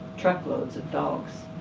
truckloads of dogs.